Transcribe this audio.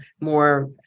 more